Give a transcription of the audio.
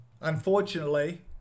Unfortunately